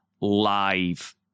live